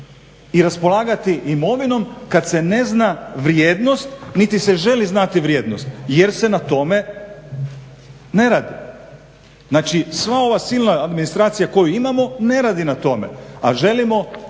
i raspolagati imovinom kad se ne zna vrijednost niti se žali znati vrijednost jer se na tome ne radi. Znači sva ova silna administracija koju imamo ne radi na tome, a želimo